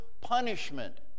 punishment